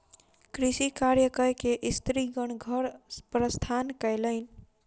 कृषि कार्य कय के स्त्रीगण घर प्रस्थान कयलैन